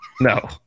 No